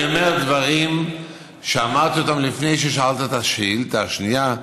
אני אומר דברים שאמרתי לפני ששאלת את השאילתה השנייה.